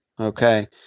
okay